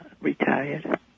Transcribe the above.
retired